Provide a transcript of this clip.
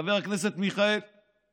חבר הכנסת מיכאלי,